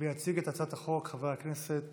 יציג את הצעת החוק חבר הכנסת